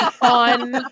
on